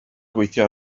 gweithio